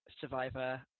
survivor